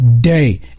Day